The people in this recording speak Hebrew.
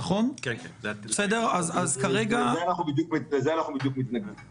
לזה אנחנו בדיוק מתנגדים.